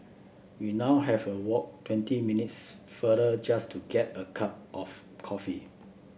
we now have a walk twenty minutes farther just to get a cup of coffee